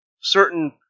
Certain